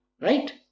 right